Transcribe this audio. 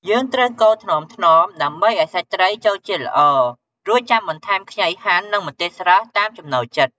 យើងត្រូវកូរថ្នមៗ ដើម្បីឱ្យសាច់ត្រីចូលជាតិល្អ រួចចាំបន្ថែមខ្ញីហាន់ និងម្ទេសស្រស់ តាមចំណូលចិត្ត។